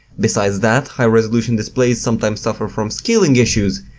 besides that, high resolution displays sometimes suffer from scaling issues,